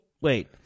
wait